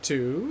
Two